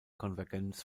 konvergenz